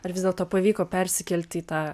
ar vis dėlto pavyko persikelti į tą